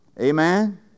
Amen